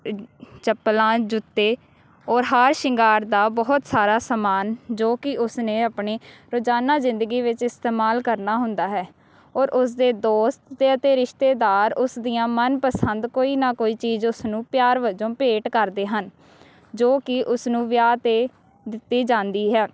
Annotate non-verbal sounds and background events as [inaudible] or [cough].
[unintelligible] ਚੱਪਲਾਂ ਜੁੱਤੇ ਔਰ ਹਾਰ ਸ਼ਿੰਗਾਰ ਦਾ ਬਹੁਤ ਸਾਰਾ ਸਮਾਨ ਜੋ ਕਿ ਉਸ ਨੇ ਆਪਣੇ ਰੋਜ਼ਾਨਾ ਜ਼ਿੰਦਗੀ ਵਿੱਚ ਇਸਤੇਮਾਲ ਕਰਨਾ ਹੁੰਦਾ ਹੈ ਔਰ ਉਸ ਦੇ ਦੋਸਤ ਤੇ ਅਤੇ ਰਿਸ਼ਤੇਦਾਰ ਉਸ ਦੀਆਂ ਮਨਪਸੰਦ ਕੋਈ ਨਾ ਕੋਈ ਚੀਜ਼ ਉਸ ਨੂੰ ਪਿਆਰ ਵਜੋਂ ਭੇਟ ਕਰਦੇ ਹਨ ਜੋ ਕਿ ਉਸ ਨੂੰ ਵਿਆਹ 'ਤੇ ਦਿੱਤੀ ਜਾਂਦੀ ਹੈ